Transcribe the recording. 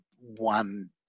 one